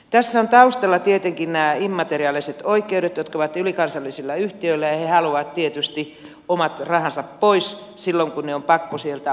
tässä ovat taustalla tietenkin nämä immateriaaliset oikeudet jotka ovat ylikansallisilla yhtiöillä ja he haluavat tietysti omat rahansa pois silloin kun ne on pakko sieltä ottaa